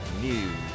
News